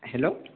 hello